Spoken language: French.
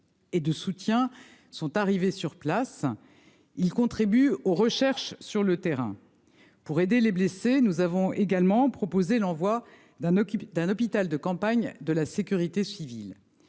et de soutien sont arrivés sur place. Ils contribuent aux recherches sur le terrain. Pour aider les blessés, nous avons également proposé l'envoi d'un hôpital de campagne de la sécurité civile.